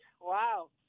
wow